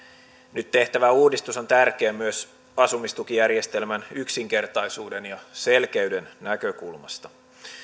nyt tehtävä uudistus on tärkeä myös asumistukijärjestelmän yksinkertaisuuden ja selkeyden näkökulmasta